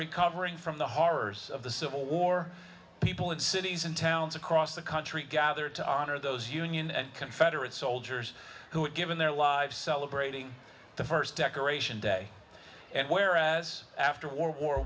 recovering from the horrors of the civil war people in cities and towns across the country gathered to honor those union and confederate soldiers who had given their lives celebrating the first decoration day and whereas after or